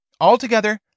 Altogether